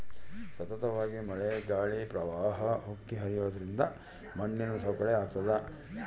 ಸತತವಾಗಿ ಮಳೆ ಗಾಳಿ ಪ್ರವಾಹ ಉಕ್ಕಿ ಹರಿಯೋದ್ರಿಂದ ಮಣ್ಣಿನ ಸವಕಳಿ ಆಗ್ತಾದ